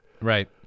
Right